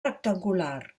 rectangular